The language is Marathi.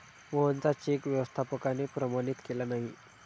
मोहनचा चेक व्यवस्थापकाने प्रमाणित केला नाही